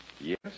Yes